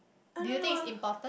I don't know